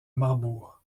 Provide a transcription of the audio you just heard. marbourg